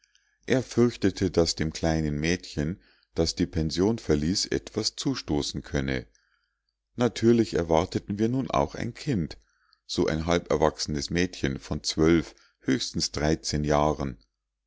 er fürchtete daß dem kleinen mädchen das die pension verließ etwas zustoßen könne natürlich erwarteten wir nun auch ein kind so ein halberwachsenes mädchen von zwölf höchstens dreizehn jahren